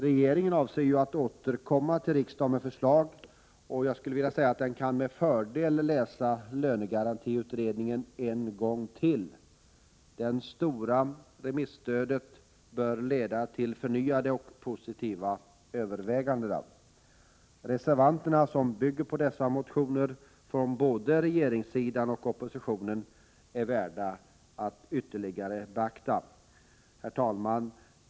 Regeringen, som avser att återkomma till riksdagen med förslag, kan med fördel läsa lönegarantiutredningen en gång till. Det starka remisstödet bör leda till förnyade och positiva överväganden. Reservationen bygger på motioner från både regeringssidan och oppositionen och är värd att ytterligare beaktas. Herr talman!